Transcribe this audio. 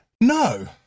No